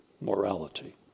morality